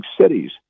cities